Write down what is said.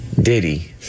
Diddy